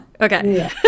okay